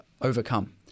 overcome